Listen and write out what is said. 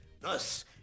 thus